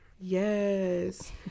Yes